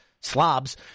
slobs